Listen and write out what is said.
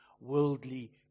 worldly